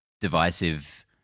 divisive